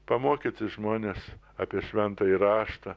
pamokyti žmones apie šventąjį raštą